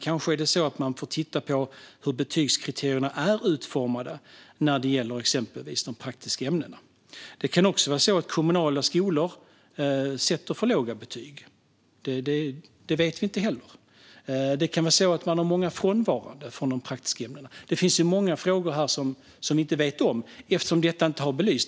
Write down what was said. Kanske man behöver titta på hur betygskriterierna är utformade i exempelvis de praktiska ämnena. Det kan också vara så att kommunala skolor sätter för låga betyg. Det vet vi inte heller. Det kan vara många som är frånvarande i de praktiska ämnena. Det finns många frågeställningar som inte har belysts.